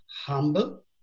humble